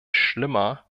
schlimmer